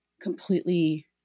completely